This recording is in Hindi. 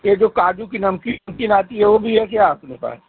ये जो काजू की नमकीन ओमकीन आती है वो भी है क्या आपके पास